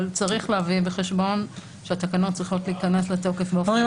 אבל צריך להביא בחשבון שהתקנות צריכות להיכנס לתוקף --- חברים,